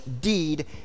deed